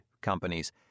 companies